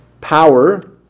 power